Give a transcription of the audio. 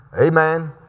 Amen